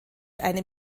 einem